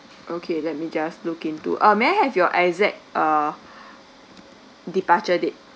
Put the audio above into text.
okay let me just look into uh may I have your exact uh departure date